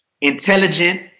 intelligent